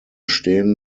stehen